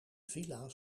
villa